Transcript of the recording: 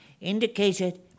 indicated